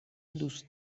دوست